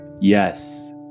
yes